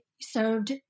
served